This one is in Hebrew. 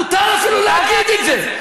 מותר אפילו להגיד את זה.